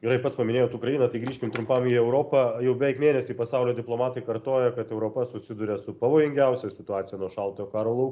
gerai pats paminėjot ukrainą tai grįžkim trumpam į europą jau beveik mėnesį pasaulio diplomatai kartoja kad europa susiduria su pavojingiausia situacija nuo šaltojo karo lau